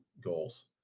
goals